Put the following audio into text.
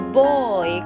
boy